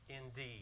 indeed